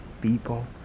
people